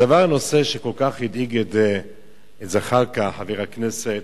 הנושא שכל כך הדאיג את זחאלקה, חבר הכנסת,